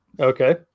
Okay